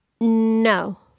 No